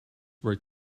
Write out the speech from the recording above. work